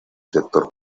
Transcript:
sector